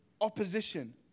opposition